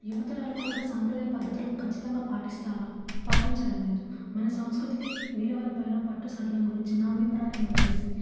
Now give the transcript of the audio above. యువతరాలు కూడా సాంప్రదాయ పద్ధతులు ఖచ్చితంగా పాటిస్తారా పాటించడం లేదు మన సాంస్కృతికి విలువల పైన పట్టు సడలం గురించి నా అభిప్రాయం వచ్చేసి